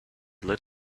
lit